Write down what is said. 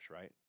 right